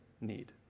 need